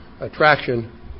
attraction